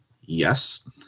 yes